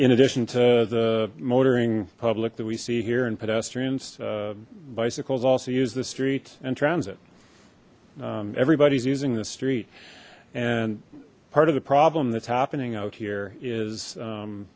in addition to the motoring public that we see here in pedestrians bicycles also use the street and transit everybody is using the street and part of the problem that's happening out here is